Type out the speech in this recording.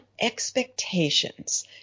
expectations